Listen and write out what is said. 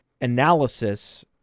analysis